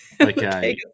Okay